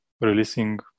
releasing